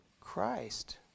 Christ